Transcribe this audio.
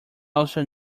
also